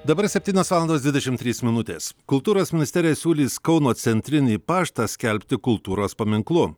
dabar septynios valandos dvidešimt trys minutės kultūros ministerija siūlys kauno centrinį paštą skelbti kultūros paminklu